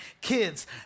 kids